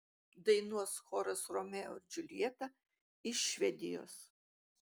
dainuos choras romeo ir džiuljeta iš švedijos